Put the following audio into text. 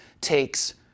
takes